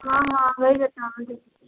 ہاں ہاں وہی بتانے